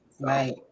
right